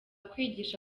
kwigisha